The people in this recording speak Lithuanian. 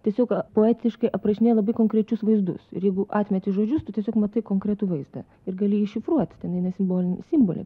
tiesiog poetiškai aprašinėja labai konkrečius vaizdus ir jeigu atmeti žodžius tu tiesiog matai konkretų vaizdą ir gali iššifruoti ten eina simboliniai simboliai